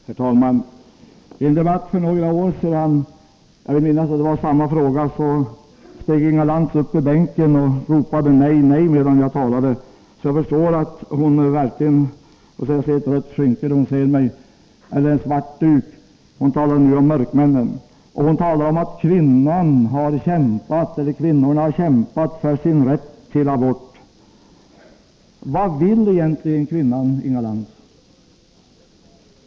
Herr talman! I en debatt för några år sedan, i samma fråga vill jag minnas, steg Inga Lantz upp i bänken och ropade nej, nej medan jag talade. Jag förstår att hon ser ett rött skynke när hon hör mig — eller en svart duk, hon talar ju om mörkmän. Hon talar om att kvinnorna har kämpat för sin rätt till abort. Vad vill egentligen kvinnan, Inga Lantz?